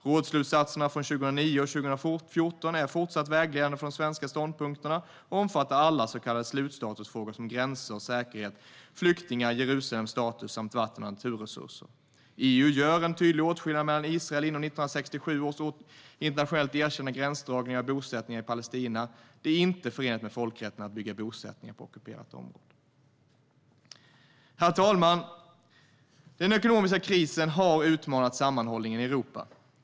Rådsslutsatserna från 2009 och 2014 är fortsatt vägledande för de svenska ståndpunkterna och omfattar alla så kallade slutstatusfrågor som gränser, säkerhet, flyktingar, Jerusalems status samt vatten och naturresurser. EU gör en tydlig åtskillnad mellan Israel inom 1967 års internationellt erkända gränsdragningar och bosättningar i Palestina. Det är inte förenligt med folkrätten att bygga bosättningar på ockuperat område. Herr talman! Den ekonomiska krisen har utmanat sammanhållningen i Europa.